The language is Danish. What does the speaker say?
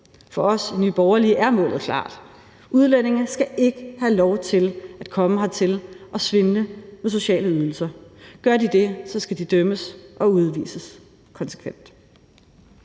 For os i Nye Borgerlige er målet klart: Udlændinge skal ikke have lov til at komme hertil og svindle med sociale ydelser. Gør de det, skal de dømmes og udvises konsekvent.